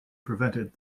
prevented